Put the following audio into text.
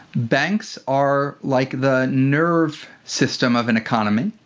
banks are like the nerve system of an economy.